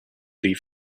leave